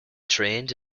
trained